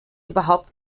überhaupt